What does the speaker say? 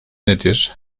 nedir